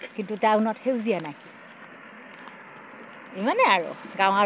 কিন্তু টাউনত সেউজীয়া নাই ইমানেই আৰু গাঁৱৰ